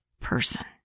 person